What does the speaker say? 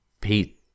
Pete